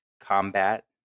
combat